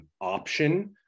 option